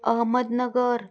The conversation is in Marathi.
अहमदनगर